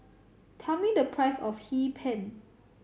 tell me the price of Hee Pan